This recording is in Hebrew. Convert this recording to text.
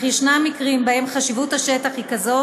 אך יש מקרים שבהם חשיבות השטח היא כזאת